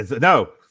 No